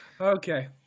Okay